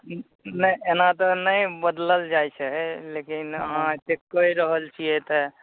नहि एना तऽ नहि बदलल जाइत छै लेकिन अहाँ एतेक कहि रहल छियै तऽ